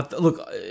Look